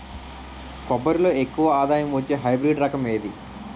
కొబ్బరి లో ఎక్కువ ఆదాయం వచ్చే హైబ్రిడ్ రకం ఏది?